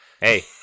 Hey